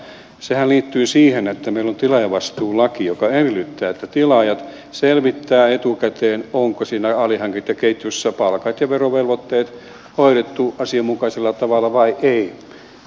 sehän liittyy siihen että meillä on tilaajavastuulaki joka edellyttää että tilaajat selvittävät etukäteen onko siinä alihankintaketjussa palkat ja verovelvoitteet hoidettu asianmukaisella tavalla vai ei